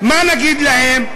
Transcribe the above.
מה נגיד להם?